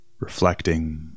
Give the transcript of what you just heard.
Reflecting